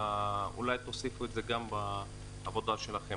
אולי תוסיפו את זה גם בעבודה שלכם.